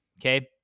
okay